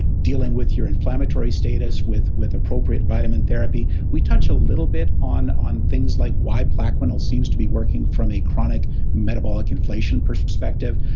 ah dealing with your inflammatory status with with appropriate vitamin therapy. we touched a little bit on on things like why plaquenil seems to be working from a chronic metabolic inflation perspective,